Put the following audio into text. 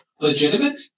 legitimate